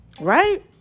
right